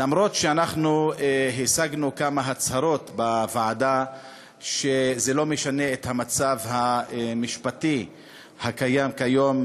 למרות השגת כמה הצהרות בוועדה שזה לא ישנה את המצב המשפטי הקיים כיום,